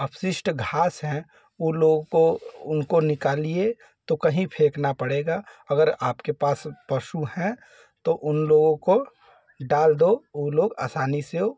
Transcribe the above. अपशिष्ट घास है उन लोगों को उनको निकालिए तो कहीं फेंकना पड़ेगा अगर आपके पास पशु हैं तो उन लोगों को डाल दो वे लोग आसानी से